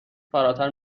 فراتر